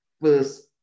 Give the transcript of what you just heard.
first